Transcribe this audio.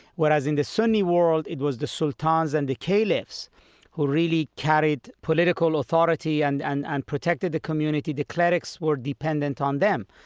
whereas in the sunni world, it was the sultans and the caliphs who really carried political authority and and and protected the community. the clerics were dependent on them.